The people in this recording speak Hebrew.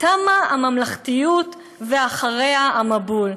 תמה הממלכתיות ואחריה המבול.